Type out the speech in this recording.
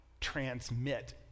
transmit